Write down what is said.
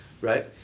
right